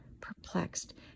perplexed